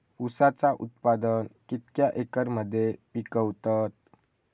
ऊसाचा उत्पादन कितक्या एकर मध्ये पिकवतत?